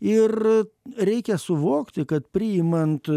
ir reikia suvokti kad priimant